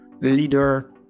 leader